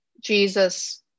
Jesus